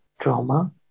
trauma